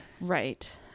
Right